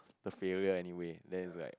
the failure anyway then it's like